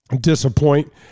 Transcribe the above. disappoint